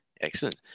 excellent